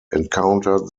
encountered